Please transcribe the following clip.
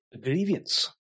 grievance